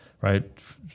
right